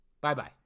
Bye-bye